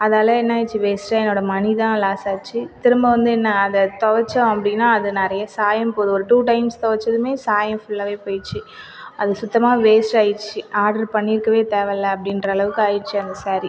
அதால என்னாகிடுச்சி வேஸ்ட்டா என்னோடய மணி தான் லாஸ் ஆயிடுச்சு திரும்ப வந்து என்ன அதை துவச்சோம் அப்படின்னா அது நிறைய சாயம் போது ஒரு டூ டைம்ஸ் துவச்சதுமே சாயம் ஃபுல்லாவே போயிடுச்சு அது சுத்தமாக வேஸ்ட் ஆகிடுச்சி ஆர்டரு பண்ணிருக்கவே தேவை இல்லை அப்படின்ற அளவுக்கு ஆகிடுச்சி அந்த சாரீ